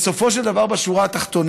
בסופו של דבר, בשורה התחתונה,